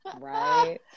right